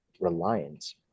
reliance